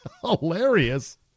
Hilarious